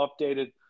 updated